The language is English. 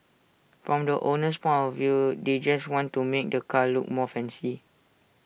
from the owner's point of view they just want to make the car look more fancy